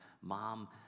mom